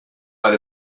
weil